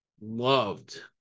loved